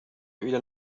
إلى